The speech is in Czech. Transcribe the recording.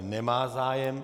Nemá zájem.